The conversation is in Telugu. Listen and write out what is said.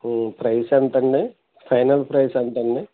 ప్రైస్ ఎంత అండి ఫైనల్ ప్రైస్ ఎంత అండి